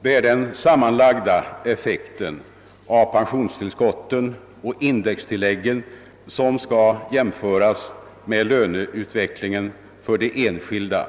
Det är den sammanlagda effekten av pensionstillskotten och indextilläggen som skall jämföras med löneutvecklingen för de anställda.